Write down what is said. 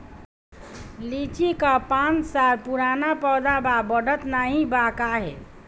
लीची क पांच साल पुराना पौधा बा बढ़त नाहीं बा काहे?